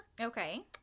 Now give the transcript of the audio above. Okay